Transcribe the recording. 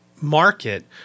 market